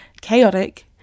chaotic